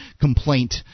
complaint